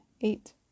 eight